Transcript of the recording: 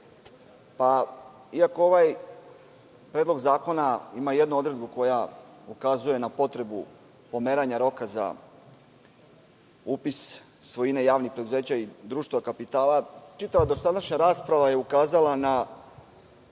iako ovaj predlog zakona ima jednu odredbu koja ukazuje na potrebu pomeranja roka za upis svojine javnih preduzeća i društva kapitala, čitava dosadašnja rasprava je ukazala na,